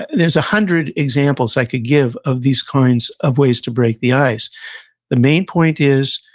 there's a hundred examples i could give of these kinds of ways to break the ice the main point is,